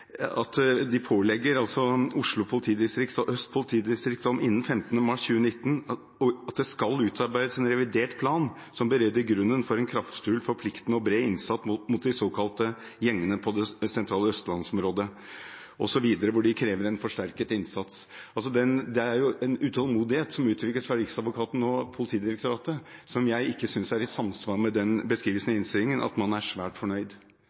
at de pålegger Oslo politidistrikt og Øst politidistrikt innen 15. mars 2019 å utarbeide «en revidert plan som bereder grunnen for en kraftfull, forpliktende og bred innsats mot de såkalte gjengene på det sentrale østlandsområdet.» De krever en forsterket innsats. Det er en utålmodighet som uttrykkes fra Riksadvokaten og Politidirektoratet, som jeg ikke synes er i samsvar med den beskrivelsen i innstillingen, at man er «svært fornøyde». Er statsråden enig i at man ikke kan slå seg på brystet og være svært fornøyd?